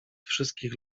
wszystkich